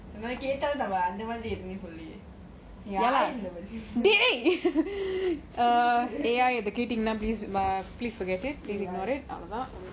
கேட்டாலும் நம்ம அந்த மாறி ஏதும் சொல்லலையே யாரு இந்த:keatalum namma antha maari yeathum sollalayae yaaru intha